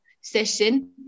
session